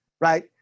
Right